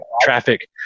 traffic